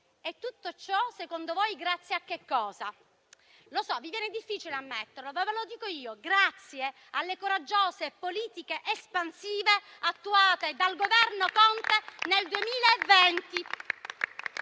e tutto ciò, secondo voi, grazie a che cosa? Lo so, vi viene difficile ammetterlo, ma ve lo dico io: grazie alle coraggiose politiche espansive attuate dal Governo Conte nel 2020.